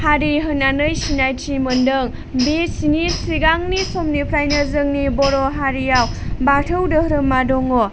हारि होननानै सिनायथि मोनदों बेनि सिगांनि समनिफ्रायनो जोंनि बर' हारियाव बाथौ धोरोमा दङ